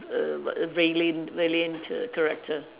err what valiant valiant character